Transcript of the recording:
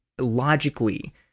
logically